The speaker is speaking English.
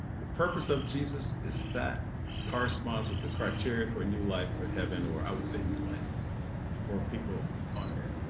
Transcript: the purpose of jesus is that it corresponds with the criteria for a new life or heaven or i would say new life for people on earth.